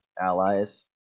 Allies